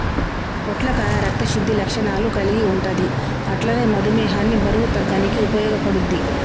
పొట్లకాయ రక్త శుద్ధి లక్షణాలు కల్గి ఉంటది అట్లనే మధుమేహాన్ని బరువు తగ్గనీకి ఉపయోగపడుద్ధి